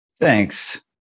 Thanks